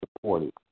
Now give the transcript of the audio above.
supported